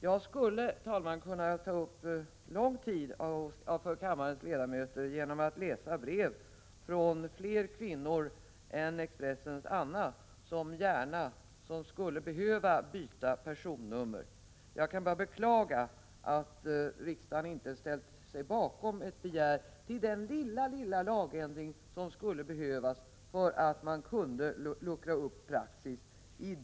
Jag skulle, herr talman, kunna ta upp en lång stund av kammarens tid med att läsa upp brev från fler kvinnor än Expressens Anna som skulle behöva byta personnummer. Jag kan bara beklaga att riksdagen inte ställt sig bakom vårt förslag om den lilla lagändring som skulle behövas för att man skulle kunna luckra upp praxis.